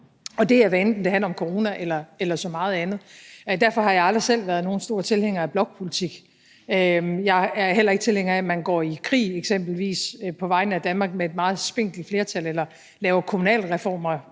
og det er, hvad enten det handler om corona eller så meget andet. Derfor har jeg aldrig selv været nogen stor tilhænger af blokpolitik, og jeg er heller ikke tilhænger af, at man eksempelvis går i krig med et meget spinkelt flertal på vegne